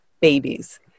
babies